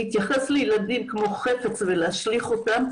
להתייחס לילדים כמו חפץ ולהשליך אותם,